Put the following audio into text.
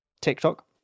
TikTok